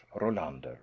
Rolander